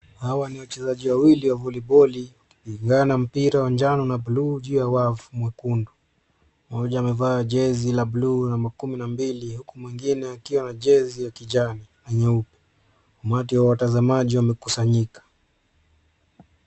Hawa ni wachezaji wawili wa voliboli wakipigana mpira wa njano na buluu juu ya wavu mwekundu. Mmoja amevaa jezi la buluu namba kumi na mbili, huku mwingine akiwa na jezi ya kijani na nyeupe. Umati wa watazamaji wamekusanyika.